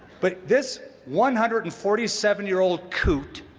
but this one hundred and forty seven year old coot,